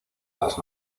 las